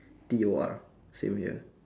T O R same here